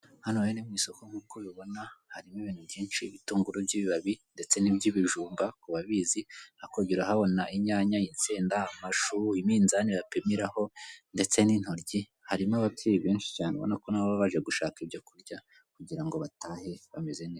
Hano hari mu isoko nk'uko ubibona harimo ibintu byinshi ibitunguru by'ibibabi, ndetse n'iby'ibijumba ku babizi. Hakurya urahabona nyanya, insenda, amashu, iminzani bapimiraho, ndetse n'intoryi harimo ababyeyi benshi cyane ko nabo baba baje gushaka ibyo kurya kugira ngo batahe bameze neza.